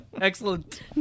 Excellent